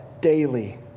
daily